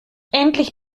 endlich